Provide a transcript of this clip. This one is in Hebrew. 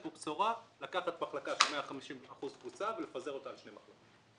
יש כאן בשורה לקחת מחלקה של 150 אחוזים תפוסה ולפזר אותה על שתי מחלקות.